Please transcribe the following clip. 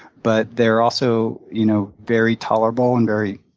but they're also you know very tolerable and very